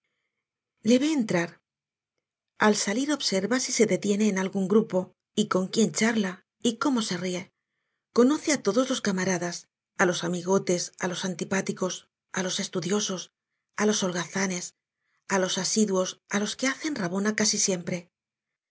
le ve entrar al salir observa si se detiene en algún grupo y con quién charla y cómo se ríe conoce á todos los camaradas á los amigotes á los antipáticos á los estudiosos á los holgazanes á los asiduos á los que hacen rabona casi siempre